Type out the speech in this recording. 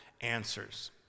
answers